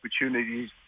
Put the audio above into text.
opportunities